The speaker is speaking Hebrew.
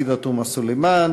עאידה תומא סלימאן,